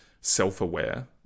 self-aware